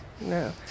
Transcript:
No